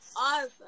awesome